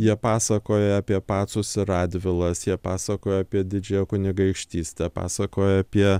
jie pasakoja apie pacus ir radvilas jie pasakoja apie didžiąją kunigaikštystę pasakoja apie